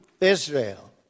Israel